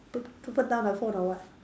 p~ put down the phone or what